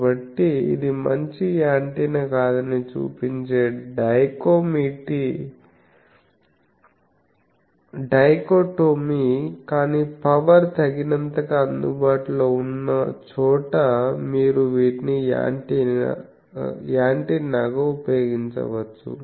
కాబట్టి ఇది మంచి యాంటెన్నా కాదని చూపించే డైకోటోమి కానీ పవర్ తగినంతగా అందుబాటులో ఉన్న చోట మీరు వీటిని యాంటెన్నాగా ఉపయోగించవచ్చు